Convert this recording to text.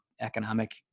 economic